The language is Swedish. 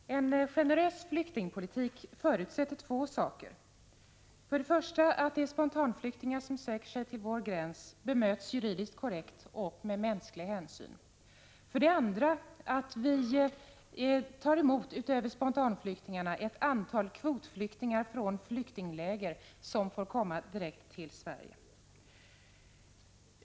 Fru talman! En generös flyktingpolitik förutsätter två saker: för det första att de spontanflyktingar som söker sig till vår gräns bemöts juridiskt korrekt och med mänsklig hänsyn, för det andra att vi utöver spontanflyktingarna tar emot ett antal kvotflyktingar som från flyktingläger får komma direkt till Sverige.